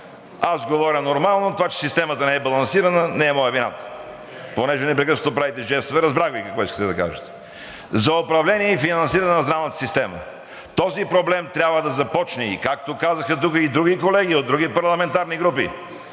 Аз говоря нормално. Това, че системата не е балансирана, не е моя вината. Понеже непрекъснато правите жестове, разбрах Ви какво искате да кажете. …на здравната система. Този проблем трябва да започне, както казаха тук и други колеги от други парламентарни групи,